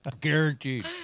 Guaranteed